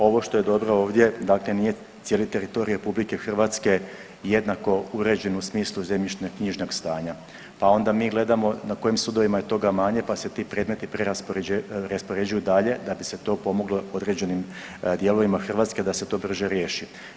Ovo što je dobro ovdje, dakle nije cijeli teritorij Republike Hrvatske jednako uređen u smislu zemljišno-knjižnog stanja, pa onda mi gledamo na kojim sudovima je toga manje pa se ti predmeti preraspoređuju dalje da bi se to pomoglo određenim dijelovima Hrvatske da se to brže riješi.